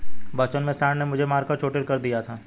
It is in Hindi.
बचपन में सांड ने मुझे मारकर चोटील कर दिया था